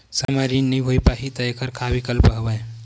समय म ऋण नइ हो पाहि त एखर का विकल्प हवय?